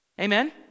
Amen